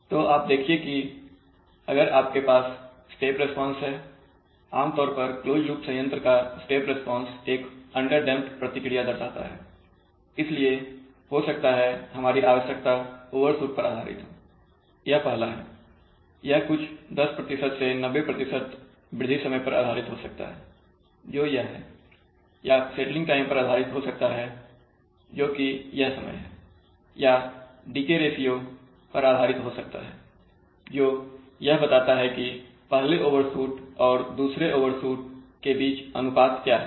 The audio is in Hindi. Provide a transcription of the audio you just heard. तो आप देखिए कि अगर आपके पास स्टेप रिस्पॉन्स है आमतौर पर क्लोज लूप संयंत्र का स्टेप रिस्पांस एक अंडरडैंप्ड प्रतिक्रिया दर्शाता है इसलिए हो सकता है हमारी आवश्यकता ओवरशूट पर आधारित हो यह पहला है यह कुछ 10 से 90 वृद्धि समय पर आधारित हो सकता है जो यह है या सेटलिंग टाइम पर आधारित हो सकता है जो कि यह समय है या यह डीके रेशियो पर आधारित हो सकता है जो यह बताता है कि पहले ओवरशूट और दूसरे ओवरशूट के बीच का अनुपात क्या है